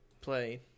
play